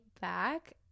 back